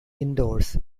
indoors